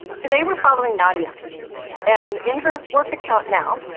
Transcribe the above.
today, we're following nadia and in her work account now,